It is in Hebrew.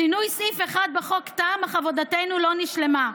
שינוי סעיף אחד בחוק תם, אך עבודתנו לא נשלמה.